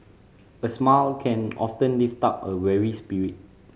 a smile can often lift up a weary spirit